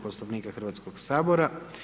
Poslovnika Hrvatskoga sabora.